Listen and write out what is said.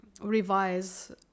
revise